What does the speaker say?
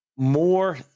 More